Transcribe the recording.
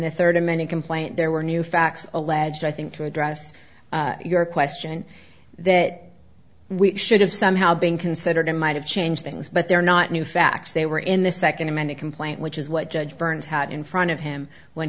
the third amended complaint there were new facts alleged i think to address your question that we should have somehow being considered might have changed things but they're not new facts they were in the second amanda complaint which is what judge burns had in front of him when